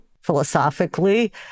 philosophically